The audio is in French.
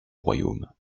royaume